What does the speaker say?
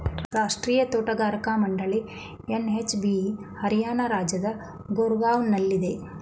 ರಾಷ್ಟ್ರೀಯ ತೋಟಗಾರಿಕಾ ಮಂಡಳಿ ಎನ್.ಎಚ್.ಬಿ ಹರಿಯಾಣ ರಾಜ್ಯದ ಗೂರ್ಗಾವ್ನಲ್ಲಿದೆ